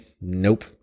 Nope